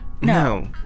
No